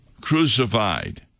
crucified